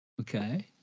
Okay